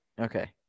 Okay